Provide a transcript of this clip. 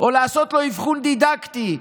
או לעשות לו אבחון דידקטי,